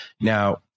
Now